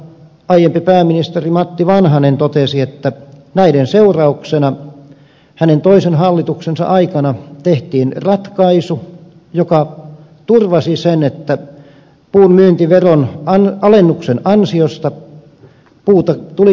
aiempi pääministeri matti vanhanen totesi että näiden seurauksena hänen toisen hallituksensa aikana tehtiin ratkaisu joka turvasi sen että puun myyntiveron alennuksen ansiosta puuta tuli kaupan